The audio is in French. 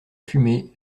fumée